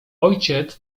ojciec